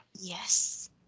Yes